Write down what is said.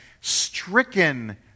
stricken